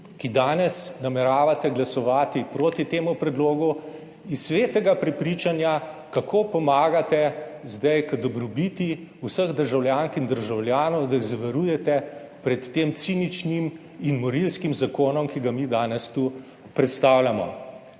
ki danes nameravate glasovati proti temu predlogu iz svetega prepričanja, kako zdaj pomagate pri dobrobiti vseh državljank in državljanov, da jih zavarujete pred tem ciničnim in morilskim zakonom, ki ga mi danes tu predstavljamo.